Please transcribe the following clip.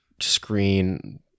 screen